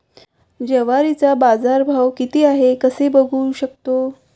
ज्वारीचा बाजारभाव किती आहे कसे बघू शकतो?